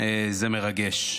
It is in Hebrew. זה תמיד מרגש,